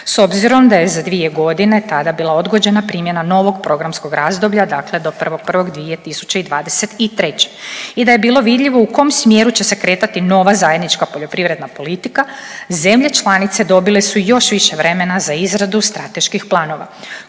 S obzirom da je za dvije godine tada bila odgođena primjena novog programskog razdoblja dakle do 1.1.2023. i da je bilo vidljivo u kom smjeru će se kretati nova zajednička poljoprivredna politika zemlje članice dobile su još više vremena za izradu strateških planova.